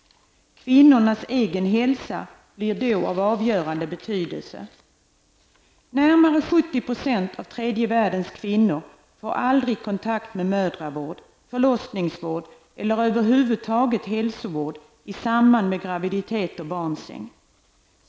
Kvinnornas egen hälsa blir då av avgörande betydelse. Närmare 70 % av tredje världens kvinnor får aldrig kontakt med mödravård, förlossningsvård eller hälsovård över huvud taget i samband med graviditet och barnsäng.